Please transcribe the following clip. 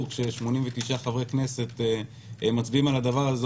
כש-89 חברי כנסת מצביעים על הדבר הזה.